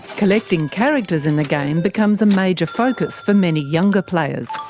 collecting characters in the game becomes a major focus for many younger players.